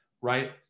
Right